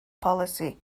polisi